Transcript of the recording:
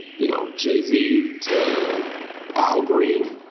you know jay z, to al green,